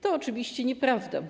To oczywiście nieprawda.